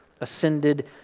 ascended